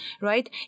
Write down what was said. right